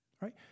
right